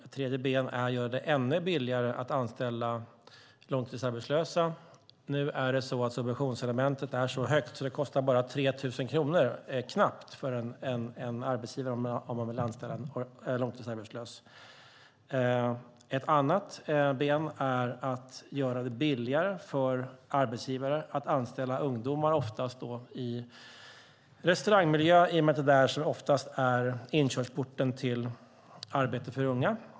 Ett tredje ben är att göra det ännu billigare att anställa långtidsarbetslösa. Nu är subventionselementet så högt att det kostar knappt 3 000 kronor för en arbetsgivare att anställa en som är långtidsarbetslös. Ett fjärde ben är att göra det billigare för arbetsgivare att anställa ungdomar i restaurangmiljö eftersom det oftast är inkörsporten till arbete för unga.